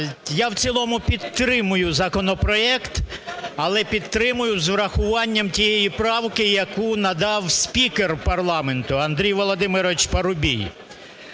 Я в цілому підтримую законопроект. Але підтримую з урахуванням тієї правки, яку надав спікер парламенту Андрій Володимирович Парубій.